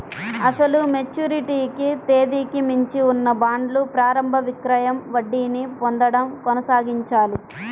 అసలు మెచ్యూరిటీ తేదీకి మించి ఉన్న బాండ్లు ప్రారంభ విక్రయం వడ్డీని పొందడం కొనసాగించాయి